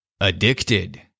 Addicted